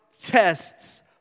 tests